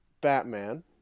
Batman